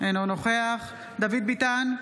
אינו נוכח דוד ביטן,